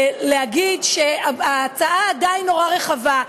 להגיד שההצעה עדיין נורא רחבה?